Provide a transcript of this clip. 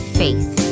faith